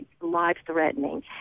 life-threatening